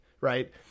right